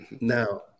Now